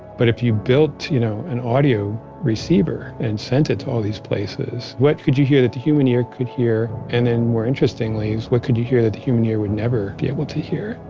but if you built you know an audio receiver and sent it to all these places, what could you hear that the human ear could hear, and and more interestingly, what could you hear that the human ear would never be able to hear?